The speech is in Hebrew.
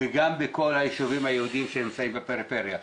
וגם בכל היישובים היהודיים שנמצאים בפריפריה.